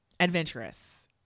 adventurous